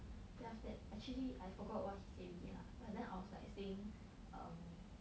then after that actually I forgot what he say already lah but then I was like saying um